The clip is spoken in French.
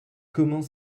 comment